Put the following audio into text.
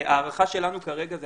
ההערכה שלנו כרגע זה